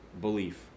belief